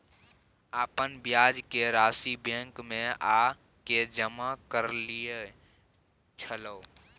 अपन ब्याज के राशि बैंक में आ के जमा कैलियै छलौं?